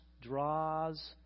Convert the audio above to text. draws